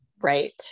Right